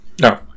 No